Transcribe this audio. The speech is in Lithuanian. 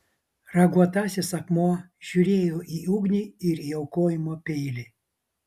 raguotasis akmuo žiūrėjo į ugnį ir į aukojimo peilį